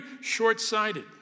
short-sighted